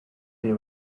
they